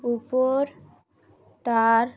উপর তার